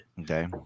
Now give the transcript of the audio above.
okay